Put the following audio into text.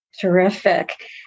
Terrific